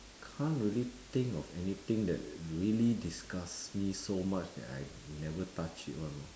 can't really think of anything that really disgusts me so much that I never touch it [one] know